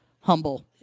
humble